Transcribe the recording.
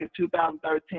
2013